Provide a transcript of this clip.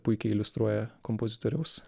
puikiai iliustruoja kompozitoriaus